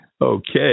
Okay